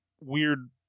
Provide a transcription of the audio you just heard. weird